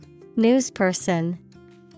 Newsperson